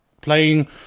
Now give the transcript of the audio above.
playing